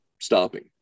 stopping